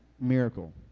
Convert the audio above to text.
miracle